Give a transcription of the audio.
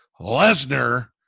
Lesnar